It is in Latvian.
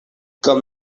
kam